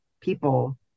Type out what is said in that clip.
people